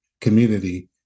community